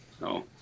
No